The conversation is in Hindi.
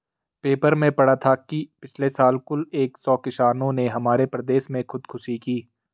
पेपर में पढ़ा था कि पिछले साल कुल एक सौ किसानों ने हमारे प्रदेश में खुदकुशी की